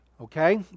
Okay